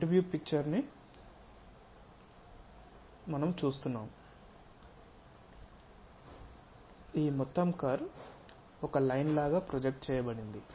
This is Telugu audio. ఫ్రంట్ వ్యూ పిక్చర్ ఇది మనం చూస్తాము ఈ మొత్తం కర్వ్ ఒక లైన్ లాగా ప్రొజెక్ట్ చేయబడింది